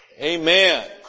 Amen